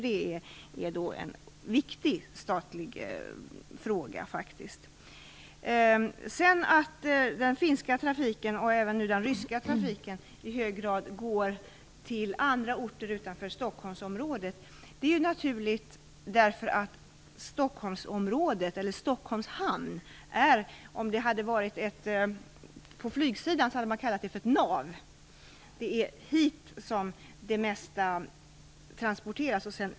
Det är faktiskt en viktig statlig fråga. Att den finska trafiken, och numera även den ryska trafiken, i hög grad går till andra orter utanför Stockholmsområdet är naturligt. Stockholms hamn skulle, om det hade rört sig om flygsidan, ha kallats för ett nav. Det är ju hit som det mesta transporteras.